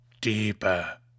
deeper